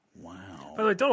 Wow